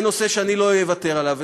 זה נושא שאני לא אוותר עליו.